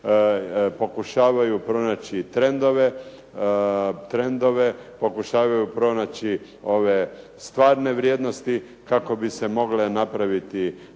pokušavaju pronaći trendove, pokušavaju pronaći stvarne vrijednosti kako bi se mogli napraviti